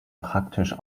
praktisch